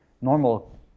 normal